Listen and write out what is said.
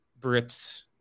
Brits